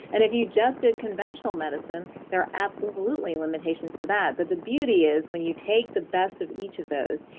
and if you just did conventional medicine there are absolutely limitations to that, but the beauty is when you take the best of each of those,